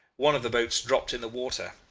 one of the boats dropped in the water,